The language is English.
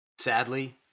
Sadly